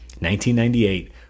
1998